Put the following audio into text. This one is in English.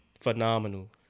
Phenomenal